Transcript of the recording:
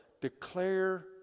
declare